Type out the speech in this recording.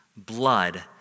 blood